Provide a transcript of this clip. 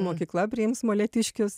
mokykla priims molėtiškius